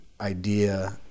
idea